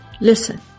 listen